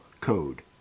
code